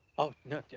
oh, no,